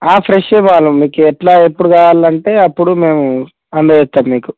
ఫ్రెష్షువి కావాలా మీకు ఎట్లా ఎప్పుడు కావాలంటే అప్పుడు మేము అందజేస్తాం మీకు